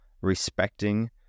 respecting